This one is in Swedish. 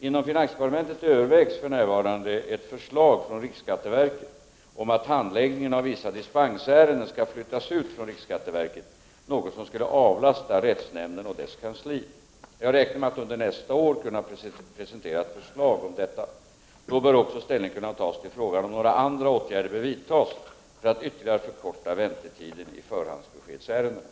Inom finansdepartementet övervägs för närvarande ett förslag från riksskatteverket om att handläggningen av vissa dispensärenden skall flyttas ut från riksskatteverket, något som skulle avlasta rättshämnden och dess kansli. Jag räknar med att under nästa år kunna presentera ett förslag om detta. Då bör också ställning kunna tas till frågan om några andra åtgärder bör vidtas för att ytterligare förkorta väntetiden i förhandsbeskedsärendena.